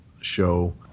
show